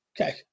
okay